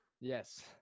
Yes